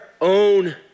own